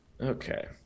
Okay